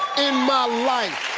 in my life.